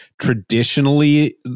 traditionally